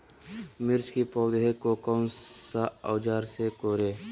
मिर्च की पौधे को कौन सा औजार से कोरे?